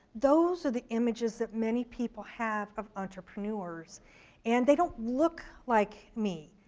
those are the images that many people have of entrepreneurs and they don't look like me.